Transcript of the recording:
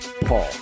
Paul